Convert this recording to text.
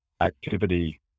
activity